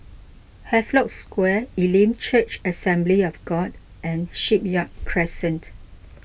Havelock Square Elim Church Assembly of God and Shipyard Crescent